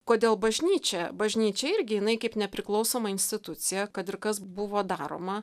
kodėl bažnyčia bažnyčia irgi jinai kaip nepriklausoma institucija kad ir kas buvo daroma